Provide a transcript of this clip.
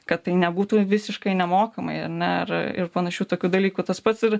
kad tai nebūtų visiškai nemokamai ar ne ar ir panašių tokių dalykų tas pats ir